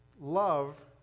love